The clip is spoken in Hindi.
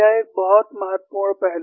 एक बहुत महत्वपूर्ण पहलू है